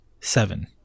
Seven